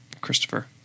Christopher